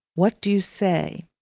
what do you say?